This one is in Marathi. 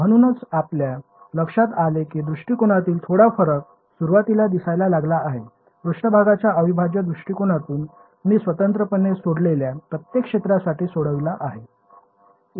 म्हणूनच आपल्या लक्षात आले की दृष्टिकोनातील थोडा फरक सुरुवातीला दिसायला लागला आहे पृष्ठभागाच्या अविभाज्य दृष्टिकोनातून मी स्वतंत्रपणे सोडलेल्या प्रत्येक क्षेत्रासाठी सोडविला आहे